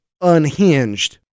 unhinged